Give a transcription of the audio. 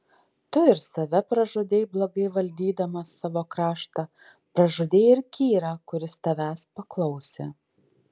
tu ir save pražudei blogai valdydamas savo kraštą pražudei ir kyrą kuris tavęs paklausė